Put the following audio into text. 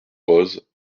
rose